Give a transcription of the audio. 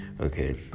okay